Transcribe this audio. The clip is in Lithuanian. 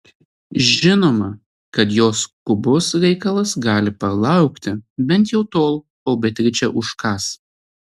žinoma kad jos skubus reikalas gali palaukti bent jau tol kol beatričė užkąs